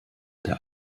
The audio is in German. der